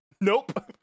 Nope